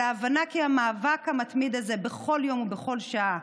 על ההבנה כי המאבק המתמיד הזה, בכל יום ובכל שעה,